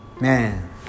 man